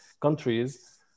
countries